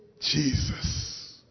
Jesus